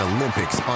Olympics